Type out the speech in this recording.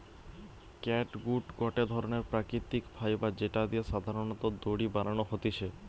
catgut গটে ধরণের প্রাকৃতিক ফাইবার যেটা দিয়ে সাধারণত দড়ি বানানো হতিছে